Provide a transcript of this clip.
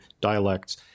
dialects